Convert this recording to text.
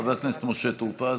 חבר הכנסת משה טור פז,